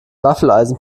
waffeleisen